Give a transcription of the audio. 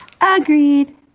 Agreed